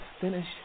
finish